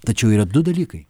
tačiau yra du dalykai